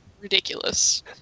ridiculous